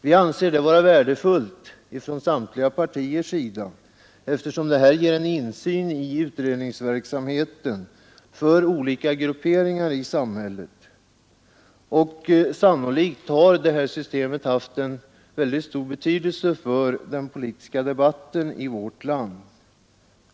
Vi anser inom samtliga partier detta vara värdefullt, eftersom det ger en insyn i utredningsverksamheten för olika grupperingar i samhället, och sannolikt har detta system haft en mycket stor betydelse för den Politiska debatten i vårt land.